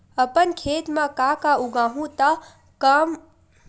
अपन खेत म का का उगांहु त कम लागत म हो जाही?